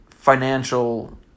financial